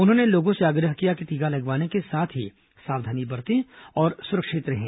उन्होंने लोगों से आग्रह किया कि टीका लगवाने के साथ ही सावधानी बरतें और सुरक्षित रहें